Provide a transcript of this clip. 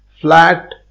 flat